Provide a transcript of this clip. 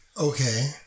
Okay